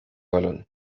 balón